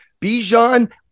Bijan